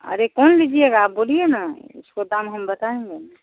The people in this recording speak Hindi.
अरे कौन लीजिएगा आप बोलिए न उसको दाम हम बताएँगे न